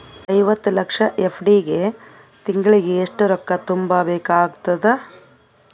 ಐವತ್ತು ಲಕ್ಷ ಎಫ್.ಡಿ ಗೆ ತಿಂಗಳಿಗೆ ಎಷ್ಟು ರೊಕ್ಕ ತುಂಬಾ ಬೇಕಾಗತದ?